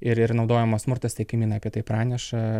ir ir naudojamas smurtas tai kaimynai apie tai praneša